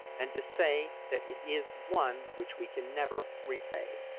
and to say that it is one which we can never repay.